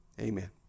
Amen